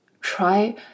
try